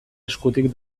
eskutik